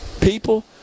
people